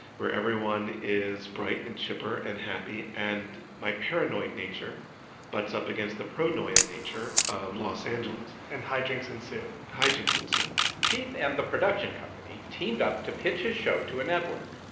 where everyone is bright and chipper and happy. and my paranoid nature butts up against the pronoia nature of los angeles and high jinks ensue high jinks ensue keith and the production company teamed up to pitch his show to a network,